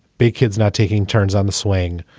big kids not taking turns on the swing.